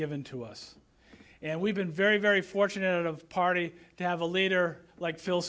given to us and we've been very very fortunate of party to have a leader like